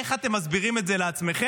איך אתם מסבירים את זה לעצמכם?